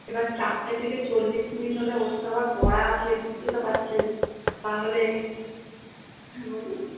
এবার চারটে থেকে চল্লিশ মিনিট হলে ওর তো আবার পড়া আছে বুঝতেই তো পারছেন তাহলে হ্যাঁ বলুন